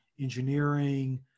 engineering